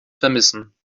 vermissen